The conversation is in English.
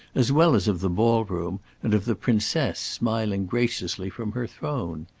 as well as of the ball-room and of the princess smiling graciously from her throne.